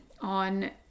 on